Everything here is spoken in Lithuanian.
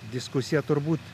diskusija turbūt